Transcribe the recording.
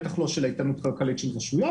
בטח לא של האיתנות הכלכלית של רשויות,